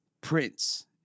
Prince